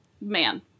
man